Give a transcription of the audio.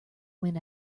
went